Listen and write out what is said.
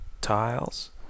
tiles